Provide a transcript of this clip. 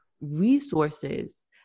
resources